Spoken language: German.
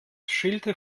schielte